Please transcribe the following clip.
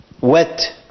wet